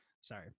Sorry